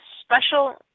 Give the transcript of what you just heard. special